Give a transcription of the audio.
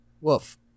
Woof